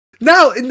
now